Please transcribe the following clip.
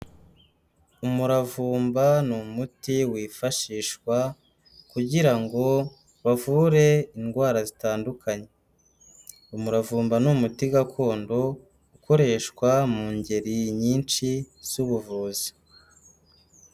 Umuravumba ni umuti wifashishwa kugira ngo bavure indwara zitandukanye. Umuravumba ni umuti gakondo ukoreshwa mu ngeri nyinshi z'ubuvuzi.